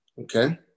Okay